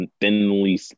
thinly